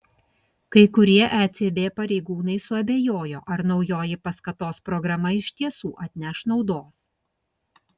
kai kurie ecb pareigūnai suabejojo ar naujoji paskatos programa iš tiesų atneš naudos